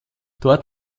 dort